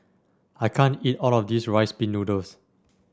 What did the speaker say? i can't eat all of this Rice Pin Noodles